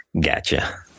Gotcha